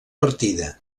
partida